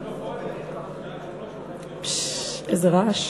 איזה רעש.